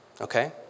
Okay